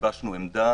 גיבשנו עמדה